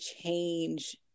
change